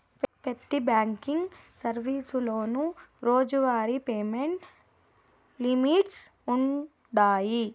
పెతి బ్యాంకింగ్ సర్వీసులోనూ రోజువారీ పేమెంట్ లిమిట్స్ వుండాయి